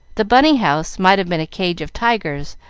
the bunny-house might have been a cage of tigers,